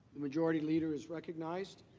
majority leader is recognized.